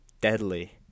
deadly